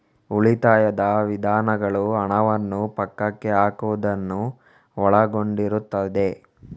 ಉಳಿತಾಯದ ವಿಧಾನಗಳು ಹಣವನ್ನು ಪಕ್ಕಕ್ಕೆ ಹಾಕುವುದನ್ನು ಒಳಗೊಂಡಿರುತ್ತದೆ